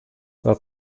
while